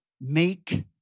make